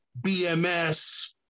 BMS